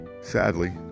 Sadly